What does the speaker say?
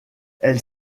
elle